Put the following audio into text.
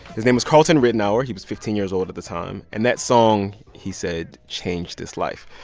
his name was carlton ridenhour. he was fifteen years old at the time. and that song, he said, changed his life.